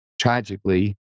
tragically